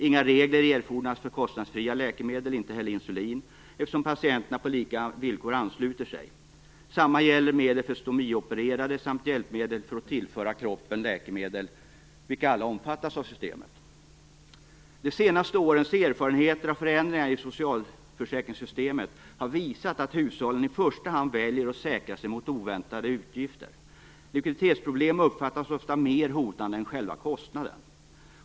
Inga regler erfordras för kostnadsfria läkemedel, inte heller för insulin, eftersom patienterna på lika villkor kan ansluta sig till betalningssystemet. Detsamma gäller medel för stomiopererade samt för hjälpmedel för att tillföra kroppen läkemedel vilka alla omfattas av betalningssystemet. De senaste årens erfarenheter av förändringar i socialförsäkringssystemen har visat att hushållen i första hand väljer att säkra sig mot oväntade utgifter. Likviditetsproblemen uppfattas ofta mer hotande än själva kostnaden.